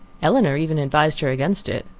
elinor even advised her against it.